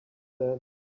that